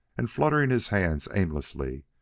and fluttering his hands aimlessly,